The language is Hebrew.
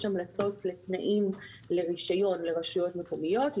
המלצות לתנאים לרישיון לרשויות מקומיות,